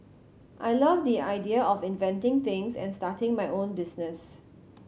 I love the idea of inventing things and starting my own business